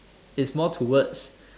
it's more towards